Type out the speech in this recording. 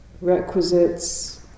requisites